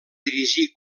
dirigir